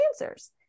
answers